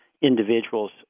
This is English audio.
individuals